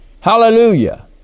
Hallelujah